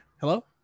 Hello